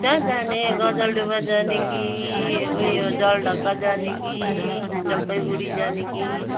काहाँ जाने गजलडुबा जाने कि ऊ यो जलढका जाने कि जलपाइगुडी जाने कि